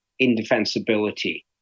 indefensibility